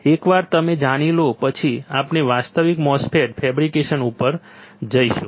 એકવાર તમે આ જાણી લો પછી આપણે વાસ્તવિક MOSFET ફેબ્રિકેશન ઉપર જઈશું